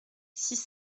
six